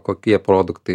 kokie produktai